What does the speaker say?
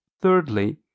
Thirdly